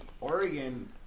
Oregon